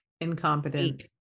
incompetent